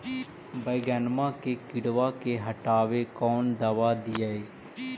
बैगनमा के किड़बा के हटाबे कौन दवाई दीए?